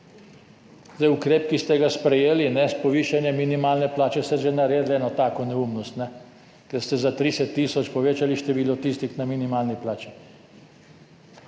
Z ukrepom, ki ste ga sprejeli, s povišanjem minimalne plače ste že naredili eno tako neumnost, ker ste za 30 tisoč povečali število tistih na minimalni plači.